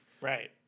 right